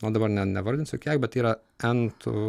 nu dabar ne nevardinsiu kiek bet yra n tų